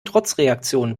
trotzreaktionen